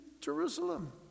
Jerusalem